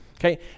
okay